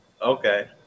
Okay